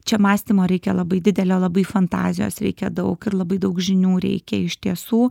čia mąstymo reikia labai didelio labai fantazijos reikia daug ir labai daug žinių reikia iš tiesų